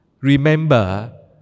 remember